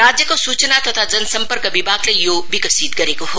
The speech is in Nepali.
राज्यको सूचना तथा जन सम्पर्क विभागले यो विकसित गरेको हो